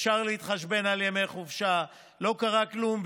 אפשר להתחשבן על ימי חופשה, לא קרה כלום.